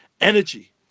energy